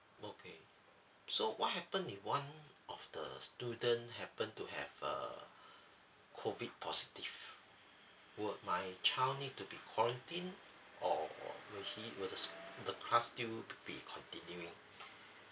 okay so what happen it one of the student happened to have uh COVID positive will my child need to be quarantined or will he will s~ the class still be continuing